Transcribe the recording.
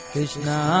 Krishna